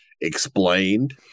explained